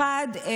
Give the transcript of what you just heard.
האחד,